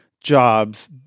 jobs